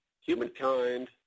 humankind